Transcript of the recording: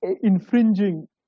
infringing